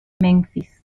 memphis